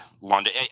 London